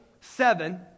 seven